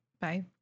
Bye